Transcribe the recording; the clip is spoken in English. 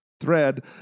thread